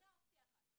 זו אופציה אחת.